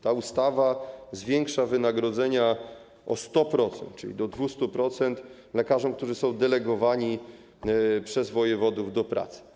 Ta ustawa zwiększa wynagrodzenia o 100%, czyli do 200%, lekarzom, którzy są delegowani przez wojewodów do pracy.